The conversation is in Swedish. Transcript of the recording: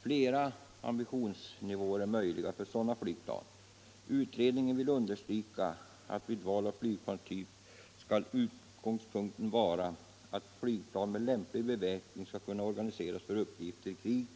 Flera ambitionsnivåer är möjliga för sådana flygplan. Utredningen vill understryka att vid val av flygplanstyp skall utgångspunkten vara att flygplanen med lämplig beväpning skall kunna organiseras för uppgifter i krig